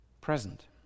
present